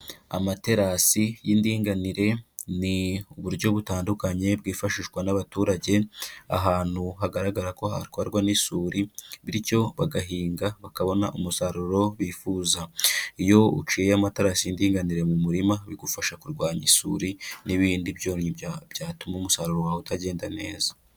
Amaterasi y'indinganire ni uburyo butandukanye bwifashishwa n'abaturage ahantu hagaragara ko hatwarwa n'isuri bityo bagahinga bakabona umusaruro bifuza, iyo uciye amatarasi y'indinganire mu murima bigufasha kurwanya isuri n'ibindi byonyi byatuma umusaruro wawe utagenda neza.